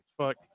fuck